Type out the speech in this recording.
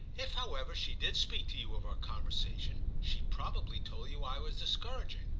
if however she did speak to you of our conversation she probably told you i was discouraging.